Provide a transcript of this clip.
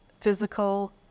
physical